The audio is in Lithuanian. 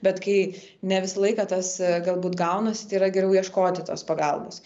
bet kai ne visą laiką tas galbūt gaunasi tai yra geriau ieškoti tos pagalbos